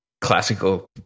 classical